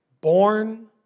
born